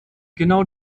genau